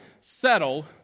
settle